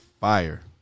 Fire